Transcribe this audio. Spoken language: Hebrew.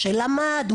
שלמד,